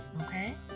okay